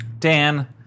Dan